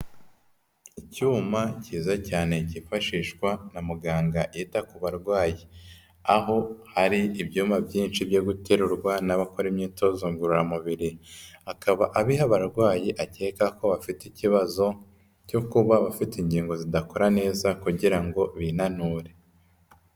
Icyuma cyiza cyane cyifashishwa na muganga yita ku barwayi, aho hari ibyuma byinshi byo guterurwa n'abakora imyitozo ngororamubiri, akaba abiha abarwayi akeka ko bafite ikibazo cyo kuba bafite ingingo zidakora neza kugira ngo binanure.